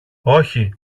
όχι